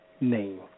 name